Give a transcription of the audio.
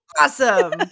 Awesome